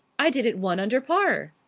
i did it one under par.